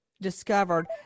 discovered